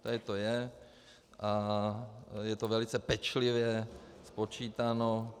Tady to je a je to velice pečlivě spočítáno.